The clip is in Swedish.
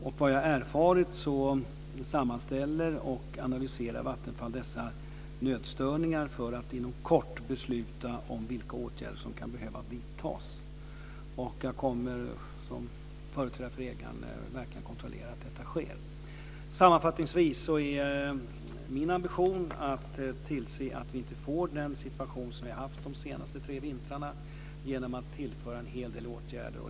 Vad jag har erfarit sammanställer och analyserar Vattenfall dessa nätstörningar för att inom kort besluta om vilka åtgärder som kan behöva vidtas. Jag kommer som företrädare för ägaren verkligen att kontrollera att detta sker. Sammanfattningsvis är min ambition att tillse att vi inte får en sådan situation som vi haft de tre senaste vintrarna genom att tillföra en hel del åtgärder.